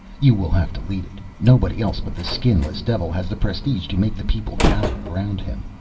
you will have to lead it. nobody else but the skinless devil has the prestige to make the people gather around him.